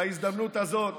בהזדמנות הזאת